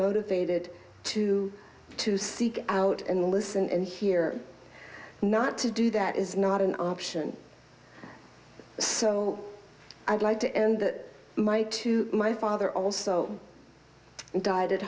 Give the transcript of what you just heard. motivated to to seek out and listen and hear not to do that is not an option so i'd like to end that my to my father also died at